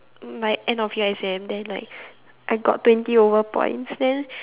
my end of year exam then like I got twenty over points then